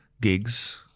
gigs